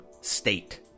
state